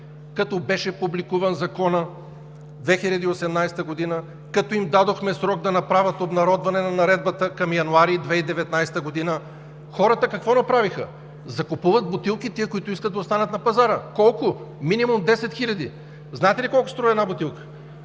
като беше публикуван Законът 2018 г., като им дадохме срок да направят обнародване на Наредбата към месец януари 2019 г., хората какво направиха? Закупуват бутилки тези, които искат да останат на пазара. Колко? Минимум десет хиляди. Знаете ли колко струва една бутилка?